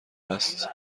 است